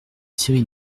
série